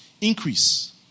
increase